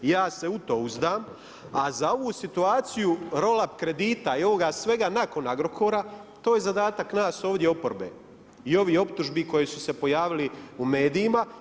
Ja se u to uzdam, a za ovu situaciju roll up kredita i ovoga svega nakon Agrokora to je zadatak nas ovdje oporbe i ovih optužbi koje su se pojavili u medijima.